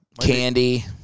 candy